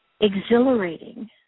exhilarating